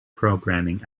programming